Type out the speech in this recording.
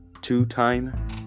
two-time